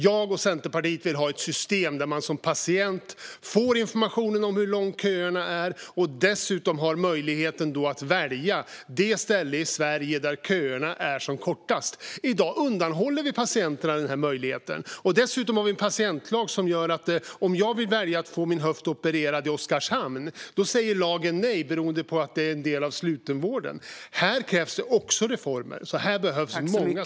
Jag och Centerpartiet vill ha ett system där man som patient får informationen om hur långa köerna är och dessutom har möjligheten att välja det ställe i Sverige där köerna är som kortast. I dag undanhåller vi patienterna den möjligheten. Dessutom har vi en patientlag som gör att om jag väljer att få min höft opererad i Oskarshamn säger lagen nej beroende på att det är en del av slutenvården. Här krävs det också reformer. Det behövs många saker.